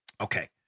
Okay